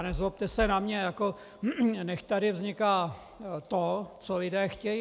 Nezlobte se na mě, jako nechť tady vzniká to, co lidé chtějí.